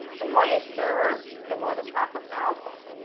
the more you stir, the more the chocolate melts,